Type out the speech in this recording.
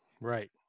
right